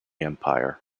empire